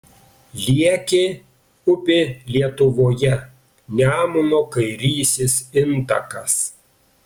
liekė upė lietuvoje nemuno kairysis intakas